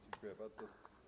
Dziękuję bardzo.